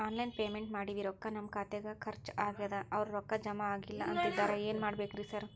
Online payment ಮಾಡೇವಿ ರೊಕ್ಕಾ ನಮ್ ಖಾತ್ಯಾಗ ಖರ್ಚ್ ಆಗ್ಯಾದ ಅವ್ರ್ ರೊಕ್ಕ ಜಮಾ ಆಗಿಲ್ಲ ಅಂತಿದ್ದಾರ ಏನ್ ಮಾಡ್ಬೇಕ್ರಿ ಸರ್?